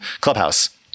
clubhouse